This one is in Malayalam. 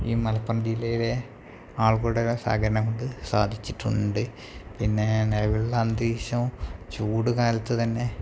ഈ മലപ്പുറം ജില്ലയിലെ ആളുകളുടെ സഹകരണം കൊണ്ട് സാധിച്ചിട്ടുണ്ട് പിന്നെ നിലവിലുള്ള അന്തരീക്ഷം ചൂടു കാലത്തു തന്നെ